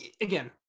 again